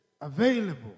available